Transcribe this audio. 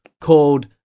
called